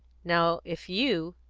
now if you,